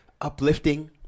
uplifting